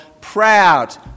proud